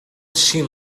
seem